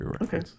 okay